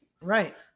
Right